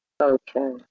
Okay